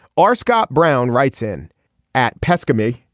or scott brown writes in at pesca me.